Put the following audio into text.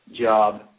job